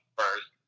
first